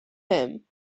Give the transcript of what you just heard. him